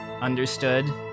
Understood